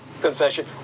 confession